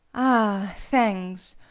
ah thangs,